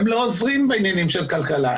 הם לא עוזרים בעניינים של כלכלה,